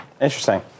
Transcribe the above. Interesting